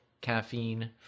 caffeine